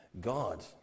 God